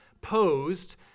posed